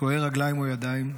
קטועי ידיים או רגליים,